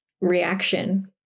reaction